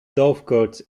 dovecote